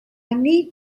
need